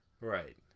right